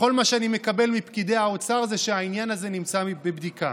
וכל מה שאני מקבל מפקידי האוצר זה שהעניין הזה נמצא בבדיקה.